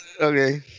Okay